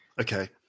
Okay